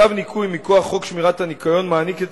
צו ניקוי מכוח חוק שמירת הניקיון מעניק את